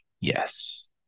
yes